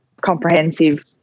comprehensive